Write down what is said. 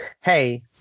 hey